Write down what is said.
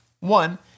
one